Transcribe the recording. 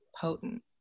potent